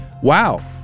Wow